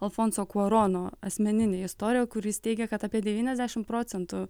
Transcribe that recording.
alfonso kuarono asmeninė istorija kuris teigia kad apie devyniasdešimt procentų